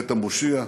מת המושיע,